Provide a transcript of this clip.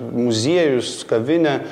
muziejus kavinė